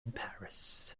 paris